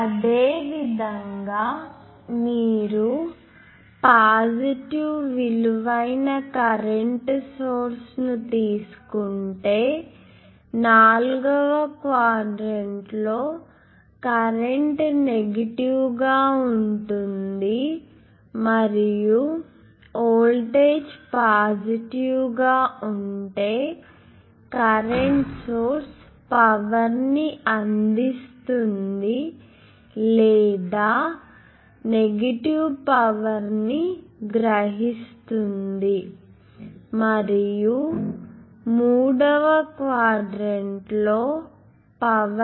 అదేవిధంగా మీరు పాజిటివ్ విలువైన కరెంటు సోర్స్ ను తీసుకుంటే నాల్గవ క్వాడ్రంట్ లో కరెంట్ నెగటివ్ గా ఉంటుంది మరియు వోల్టేజ్ పాజిటివ్ ఉంటే కరెంట్ సోర్స్ పవర్ ని అందిస్తుంది లేదా ఇది నెగిటివ్ పవర్ ని గ్రహిస్తుంది మరియు మూడవ క్వాడ్రంట్ లో ఇది పవర్ ని గ్రహిస్తుంది